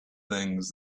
things